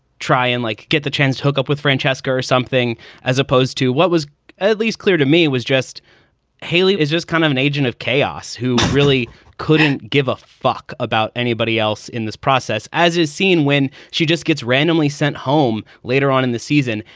try and like get the chance to hook up with francesca or something as opposed to what was at least clear to me? it was just hayley is just kind of an agent of chaos who really couldn't give a fuck about anybody else in this process, as is seen when she just gets randomly sent home later on in the season.